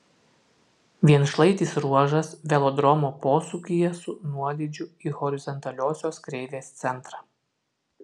vienšlaitis ruožas velodromo posūkyje su nuolydžiu į horizontaliosios kreivės centrą